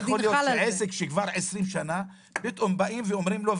לא יכול להיות שעסק שכבר 20 שנה פתאום באים ואומרים לו,